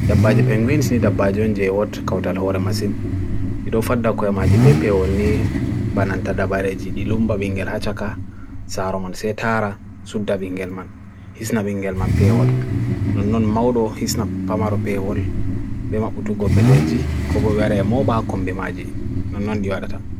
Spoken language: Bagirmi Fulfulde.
Daba jipengwins ni daba jon jyot kautal hoore masin. Irofada kwe magi bepe on ni bananta daba reji. Ilumba bingel hachaka. Saaroman setara. Suda bingel man. Hisna bingel man peyol. Non non maudo hisna pama ro peyol. Bema utu gobe leji. Kobo were mo ba akom bimaji. Non non diwarata.